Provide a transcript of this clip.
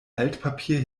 altpapier